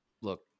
Look